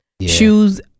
shoes